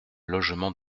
logement